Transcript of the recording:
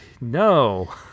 no